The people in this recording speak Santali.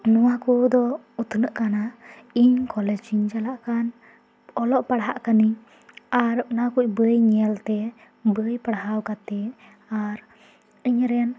ᱱᱚᱶᱟ ᱠᱚᱫᱚ ᱩᱛᱱᱟᱹᱜ ᱠᱟᱱᱟ ᱤᱧ ᱠᱚᱞᱮᱡᱽ ᱤᱧ ᱪᱟᱞᱟᱜ ᱠᱟᱱ ᱚᱞᱚᱜ ᱯᱟᱲᱦᱟᱜ ᱠᱟᱹᱱᱟᱹᱧ ᱟᱨ ᱚᱱᱟ ᱠᱚ ᱵᱟᱹᱭ ᱧᱮᱞ ᱛᱮ ᱵᱟᱹᱭ ᱯᱟᱲᱦᱟᱣ ᱠᱟᱛᱮ ᱟᱨ ᱤᱧᱨᱮᱱ